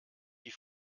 die